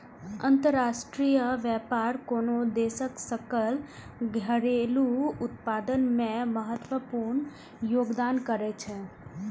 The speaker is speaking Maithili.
अंतरराष्ट्रीय व्यापार कोनो देशक सकल घरेलू उत्पाद मे महत्वपूर्ण योगदान करै छै